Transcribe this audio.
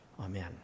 Amen